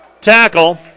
Tackle